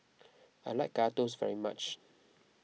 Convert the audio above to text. I like toast very much